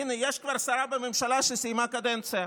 הינה, יש כבר שרה בממשלה שסיימה קדנציה.